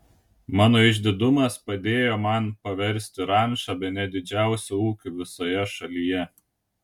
mano išdidumas padėjo man paversti rančą bene didžiausiu ūkiu visoje šalyje